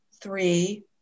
three